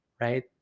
right